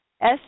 S-